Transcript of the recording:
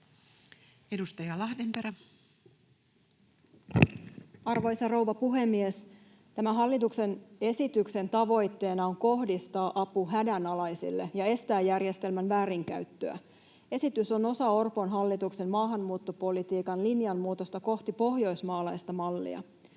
19:17 Content: Arvoisa rouva puhemies! Tämän hallituksen esityksen tavoitteena on kohdistaa apu hädänalaisille ja estää järjestelmän väärinkäyttöä. Esitys on osa Orpon hallituksen maahanmuuttopolitiikan linjanmuutosta kohti pohjoismaalaista mallia.